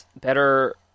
better